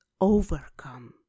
overcome